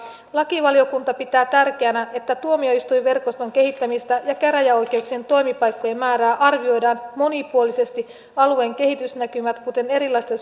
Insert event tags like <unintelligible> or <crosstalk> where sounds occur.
lakivaliokunta pitää tärkeänä että tuomioistuinverkoston kehittämistä ja käräjäoikeuksien toimipaikkojen määrää arvioidaan monipuolisesti alueen kehitysnäkymät kuten erilaisten <unintelligible>